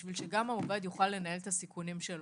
בשביל שגם העובד יוכל לנהל את הסיכונים שלו.